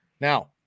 Now